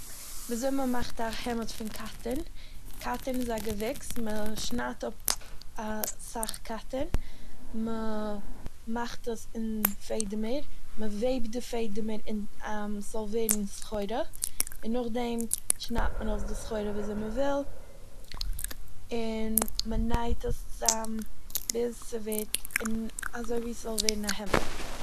ווי אזוי מ'מאכט א העמד פון קאטן, קאטן איז א געוויקס, מ'שנייד אפ אסאך קאטן, מ'מאכט עס אין פעדימער מ'וועבט די פעדימער אין ס'זאל ווערן סחורה, און נאכדעם שנייד מען אויס די סחורה ווי אזוי מ'וויל און מ'נייעט עס צאם ביז ס'ווערט- און אזוי ווי ס'זאל ווערן א העמד.